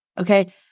Okay